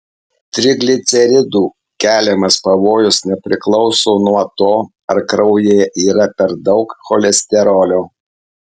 trigliceridų keliamas pavojus nepriklauso nuo to ar kraujyje yra per daug cholesterolio